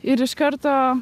ir iš karto